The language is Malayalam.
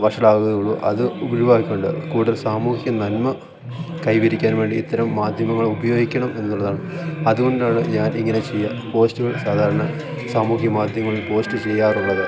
വഷളാകുകയെ ഉള്ളൂ അത് ഒഴിവാക്കിക്കൊണ്ട് കൂടുതൽ സാമൂഹ്യ നന്മ കൈവരിക്കാൻ വേണ്ടി ഇത്തരം മാധ്യമങ്ങൾ ഉപയോഗിക്കണം എന്നുള്ളതാണ് അതുകൊണ്ടാണ് ഞാൻ ഇങ്ങനെ ചെയ്യാം പോസ്റ്റുകൾ സാധാരണ സാമൂഹ്യ മാധ്യമങ്ങളിൽ പോസ്റ്റ് ചെയ്യാറുള്ളത്